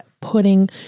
putting